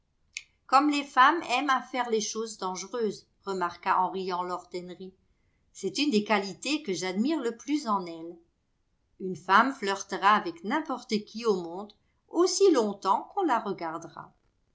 gomme les femmes aiment à faire les choses dangereuses remarqua en riant lord henry c'est une des qualités que j'admire le plus en elles une femme flirtera avec n'importe qui au monde aussi longtemps qu'on la regardera